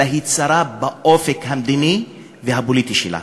אלא היא צרה באופק המדיני והפוליטי שלה.